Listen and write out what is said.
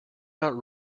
not